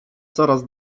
coraz